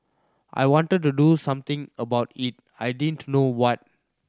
I wanted to do something about it I didn't know what